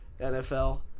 NFL